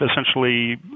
essentially